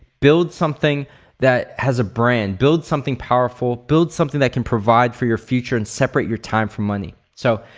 build something that has a brand, build something powerful, build something that can provide for your future and separate your time for money. so,